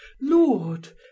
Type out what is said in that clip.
lord